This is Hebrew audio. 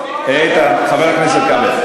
חבר הכנסת כבל,